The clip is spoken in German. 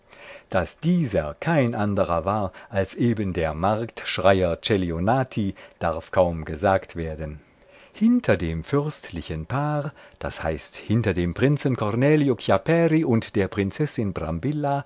daß dieser kein anderer war als eben der marktschreier celionati darf kaum gesagt werden hinter dem fürstlichen paar das heißt hinter dem prinzen cornelio chiapperi und der prinzessin